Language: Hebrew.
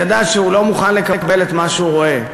ידע שהוא לא מוכן לקבל את מה שהוא רואה,